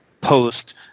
post